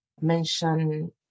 Mention